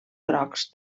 grocs